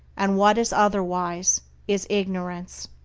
and what is otherwise is ignorance!